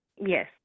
Yes